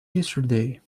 yesterday